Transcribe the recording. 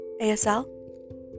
ASL